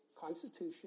constitution